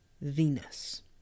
Venus